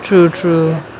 true true